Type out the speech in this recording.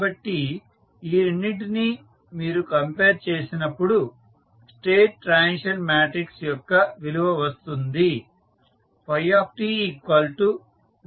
కాబట్టి ఈ రెండింటినీ మీరు కంపేర్ చేసినప్పుడు స్టేట్ ట్రాన్సిషన్ మాట్రిక్స్ యొక్క విలువ వస్తుంది